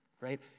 right